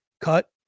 cut